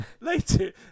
later